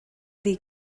dir